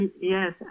Yes